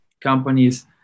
companies